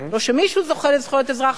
לא שמישהו זוכה לזכויות אזרח בסוריה,